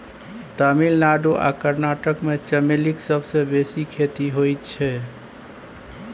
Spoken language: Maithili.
तमिलनाडु आ कर्नाटक मे चमेलीक सबसँ बेसी खेती होइ छै